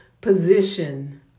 position